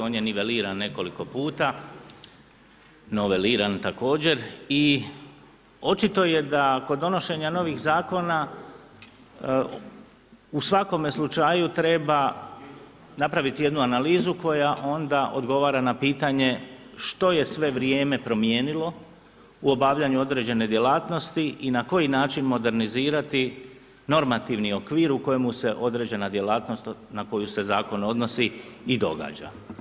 On je niveliran nekoliko puta, noveliran također i očito je da kod donošenja novih zakona u svakome slučaju treba napraviti jednu analizu koja onda odgovara na pitanje što je sve vrijeme promijenilo u obavljanju određene djelatnosti i na koji način modernizirati normativni okvir u kojemu se određena djelatnost, na koju se zakon odnosi i događa.